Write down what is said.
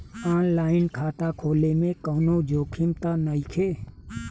आन line खाता खोले में कौनो जोखिम त नइखे?